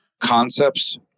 concepts